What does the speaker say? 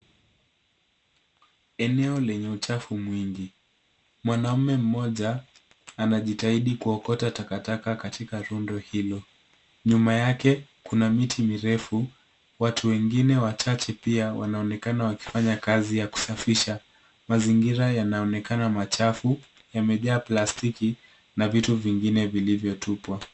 Eneo lenye uchafu mwingi. Mtu mmoja amekaa akiwa akijitahidi kuokota takataka na kuziweka kwenye rundo. Nyuma yake kuna miti mirefu. Watu wengine pia wanaonekana wakishiriki katika kazi ya usafi. Mazingira yanaonyesha uchafu wa vyombo vya plastiki na mabaki mengine yaliyotupwa